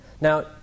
Now